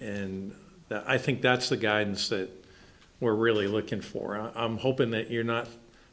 and i think that's the guidance that we're really looking for i'm hoping that you're not